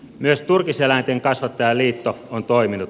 myös turkiseläinten kasvattajain liitto on toiminut